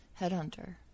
Headhunter